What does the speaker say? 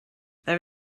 there